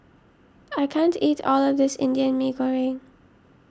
I can't eat all of this Indian Mee Goreng